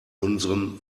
unserem